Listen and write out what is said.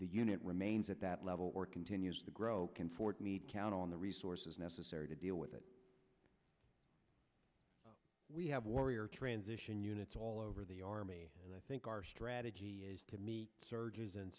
the unit remains at that level or continues to grow in fort meade count on the resources necessary to deal with it we have warrior transition units all over the army and i think our strategy is to meet surges and